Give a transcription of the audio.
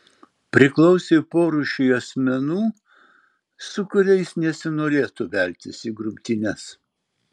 priklausė porūšiui asmenų su kuriais nesinorėtų veltis į grumtynes